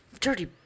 Dirty